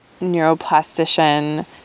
neuroplastician